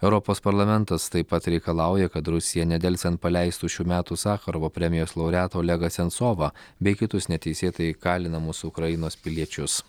europos parlamentas taip pat reikalauja kad rusija nedelsiant paleistų šių metų sacharovo premijos laureatą olegą sensovą bei kitus neteisėtai kalinamus ukrainos piliečius